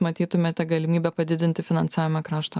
matytumėte galimybę padidinti finansavimą krašto